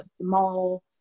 small